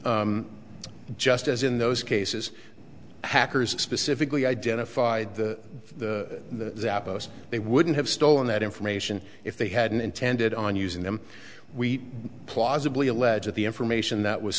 here just as in those cases hackers specifically identified the most they wouldn't have stolen that information if they hadn't intended on using them we plausibly allege that the information that was